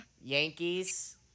Yankees